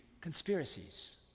conspiracies